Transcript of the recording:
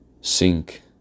sink